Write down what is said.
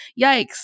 yikes